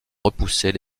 repousser